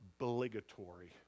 obligatory